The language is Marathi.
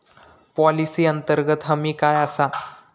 पॉलिसी अंतर्गत हमी काय आसा?